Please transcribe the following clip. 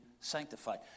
Sanctified